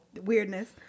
weirdness